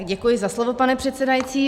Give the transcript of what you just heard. Děkuji za slovo, pane předsedající.